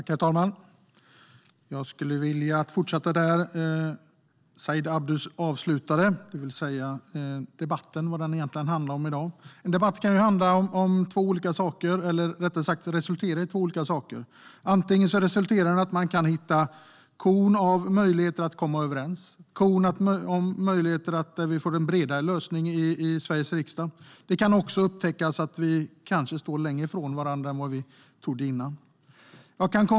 Herr talman! Jag vill fortsätta där Said Abdu avslutade, det vill säga med det debatten egentligen ska handla om i dag. En debatt kan resultera i två olika saker. Antingen resulterar den i att man kan hitta korn av möjligheter för att komma överens, korn av möjligheter för att hitta en bredare lösning i Sveriges riksdag. Det kan också upptäckas att vi kanske står längre ifrån varandra än vi trodde innan.